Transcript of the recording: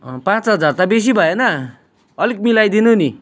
पाँच हजार त बेसी भएन अलिक मिलाइदिनु नि